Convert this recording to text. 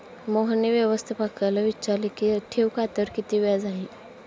मोहनने व्यवस्थापकाला विचारले की ठेव खात्यावर किती व्याज आहे?